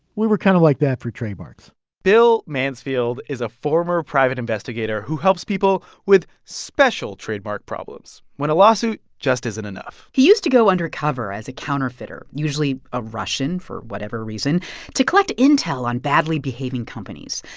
we were kind of like that for trademarks bill mansfield is a former private investigator who helps people with special trademark problems when a lawsuit just isn't enough he used to go undercover as a counterfeiter usually a russian, for whatever reason to collect intel on badly behaving companies.